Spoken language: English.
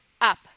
up